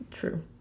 true